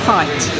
Fight